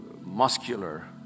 muscular